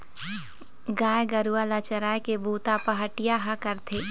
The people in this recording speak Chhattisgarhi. गाय गरूवा ल चराए के बूता पहाटिया ह करथे